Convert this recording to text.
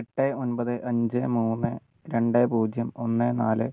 എട്ട് ഒൻപത് അഞ്ച് മൂന്ന് രണ്ട് പൂജ്യം ഒന്ന് നാല്